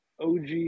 OG